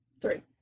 Three